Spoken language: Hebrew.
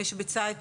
מי שביצע את